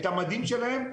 את המדים שלהם.